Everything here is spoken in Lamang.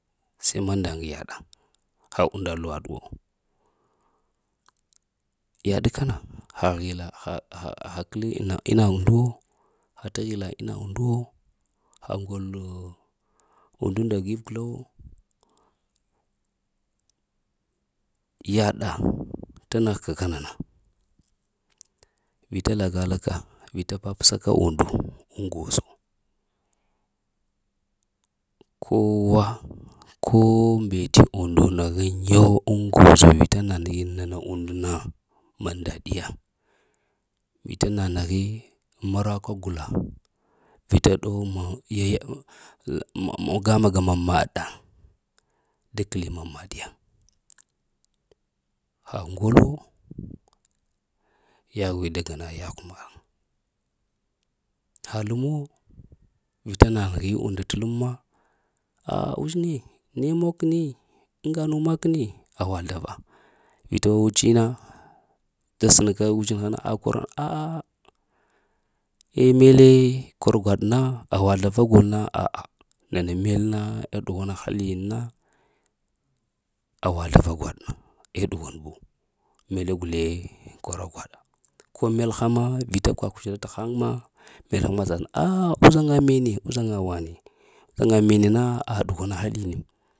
Se mandaŋ yaɗa, ha unda lu waɗuwo, yaɗ kana, ha hila ha ha ha h kəlu ina ina undu wo ha t hila ina unduwo, ha ŋolo undu nda v gla wo. yaɗa t negh ka kana na, vita lagalaka, vita papsa ka undu ŋ gozo. Kowa ko mbete undu nəheŋ yo ngozo vita na nəghi nana und na mandaɗiya, vita na nəghi marakwa ŋ gula vita dow ma yaya maga maga mən mada. Da kli mamaɗiya. Ha ŋdu yahwe da gana yahw mham. Ha lem wo, vita na nəghi unda t ləma a uzhini ne monkini ŋa nu makini awa zlava vita wawuci na, da sənka uzhinha na akwara?? Eh mele kor gwaɗ na awazlara gol na a. a nana mel na da ɗəghwa na haluyun na awazlava gwaɗ na eh ɗughwa buwo, mele gule hwara gwaɗa, ko melha ma vita kwakusal ta haŋ ma ah uzhaŋa mene uzhaŋa wane uzhaŋa men na ah ɗugwana haliyin